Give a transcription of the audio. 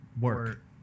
work